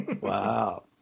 Wow